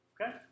okay